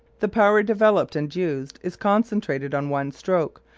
the power developed and used is concentrated on one stroke,